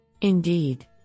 Indeed